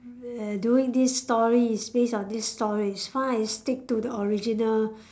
err doing this story is based on this story is fine stick to the original